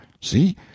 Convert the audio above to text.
See